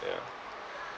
ya